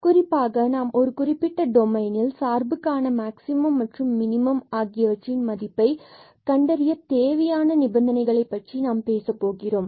மற்றும் குறிப்பாக நாம் ஒரு குறிப்பிட்ட டொமைனில் சார்புக்கான மாக்ஸிமம் மற்றும் மினிமம் மதிப்பு ஆகியவற்றை கண்டறிய தேவையான நிபந்தனைகளை பற்றி நாம் பேசப் போகிறோம்